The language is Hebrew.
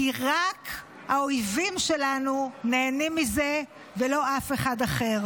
כי רק האויבים שלנו נהנים מזה ולא אף אחד אחר.